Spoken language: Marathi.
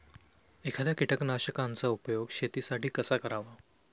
एखाद्या कीटकनाशकांचा उपयोग शेतीसाठी कसा करावा?